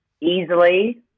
easily